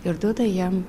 ir duoda jam